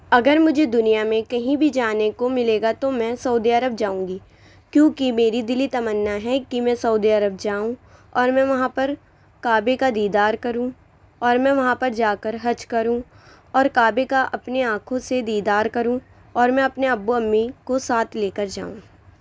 اگر مجھے دنیا میں کہیں بھی جانے کو ملے گا تو میں سعودی عرب جاؤں گی کیونکہ میری دلی تمنا ہے کہ میں سعودی عرب جاؤں اور میں وہاں پر کعبے کا دیدار کروں اور میں وہاں پر جا کر حج کروں اور کعبے کا اپنی آنکھوں سے دیدار کروں اور میں اپنے ابو امی کو ساتھ لے کر جاؤں